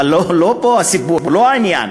אבל לא פה הסיפור, לא זה העניין.